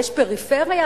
יש פריפריה,